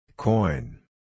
Coin